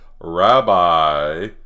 Rabbi